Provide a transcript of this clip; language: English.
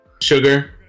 Sugar